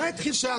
מה הדחיפות?